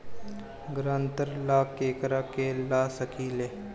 ग्रांतर ला केकरा के ला सकी ले?